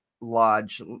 Lodge